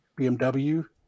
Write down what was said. BMW